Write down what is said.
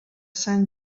sant